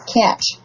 catch